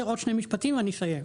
משפטים ואני אסיים.